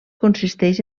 consisteix